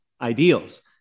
ideals